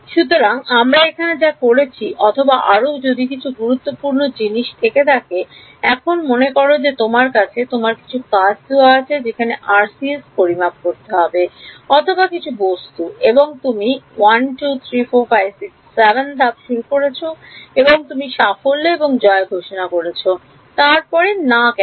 সুতরাং আমরা এখানে যা করেছি অথবা আরো যদি কিছু গুরুত্বপূর্ণ জিনিস থেকে থাকে এখন মনে করো যে তোমার কাছে তোমার কিছু কাজ দেওয়া আছে যেখানে পরিমাপ করতে হবে অথবা কিছু বস্তু এবং তুমি 1234567 ধাপ শুরু করেছো এবং তুমি সাফল্য এবং জয় ঘোষণা করেছতারপরে না কেন